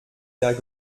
der